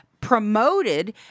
promoted